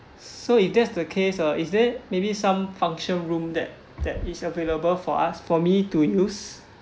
so if that's the case uh is there maybe some function room that that is available for us for me to use